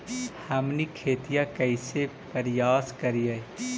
हमनी खेतीया कइसे परियास करियय?